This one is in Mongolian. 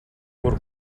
бүр